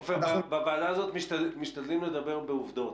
עופר, בוועדה הזאת משתדלים לדבר בעובדות.